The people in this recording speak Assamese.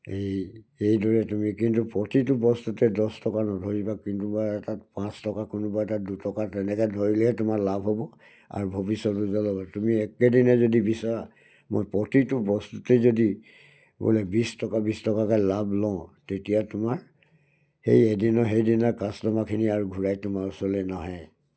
এই এইদৰে তুমি কিন্তু প্ৰতিটো বস্তুতে দহ টকা নধৰিবা কোনোবা এটা পাঁচ টকা কোনোবা এটা দুটকা তেনেকৈ ধৰিলেহে তোমাৰ লাভ হ'ব আৰু ভৱিষ্যত উজ্জ্বল হ'ব তুমি একেদিনাই যদি বিচৰা মই প্ৰতিটো বস্তুতে যদি বোলে বিছ টকা বিছ টকাকৈ লাভ লওঁ তেতিয়া তোমাৰ সেই এদিনৰ সেইদিনা কাষ্টমাৰখিনি আৰু ঘূৰাই তোমাৰ ওচৰলৈ নাহে